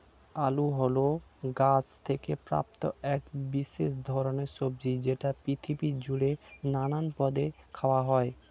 আলু হল গাছ থেকে প্রাপ্ত এক বিশেষ ধরণের সবজি যেটি পৃথিবী জুড়ে নানান পদে খাওয়া হয়